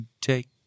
take